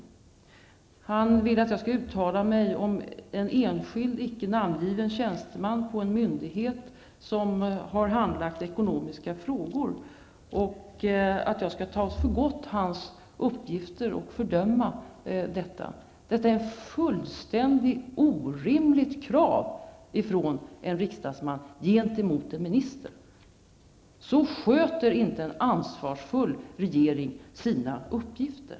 Bert Karlsson vill att jag skall uttala mig om en enskild, icke namngiven tjänsteman på en myndighet som har handlagt ekonomiska frågor och att jag skall ta för gott hans uppgifter och fördöma detta. Detta är ett fullständigt orimligt krav från en riksdagsman gentemot en minister. Så sköter inte en ansvarsfull regering sina uppgifter.